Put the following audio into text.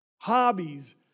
hobbies